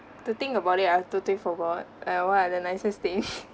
to think about I've totally forgot like what are the nicest thing